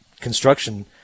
construction